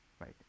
right